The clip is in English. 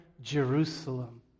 Jerusalem